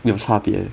有差别